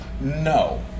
no